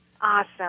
awesome